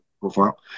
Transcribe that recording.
profile